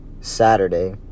Saturday